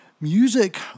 music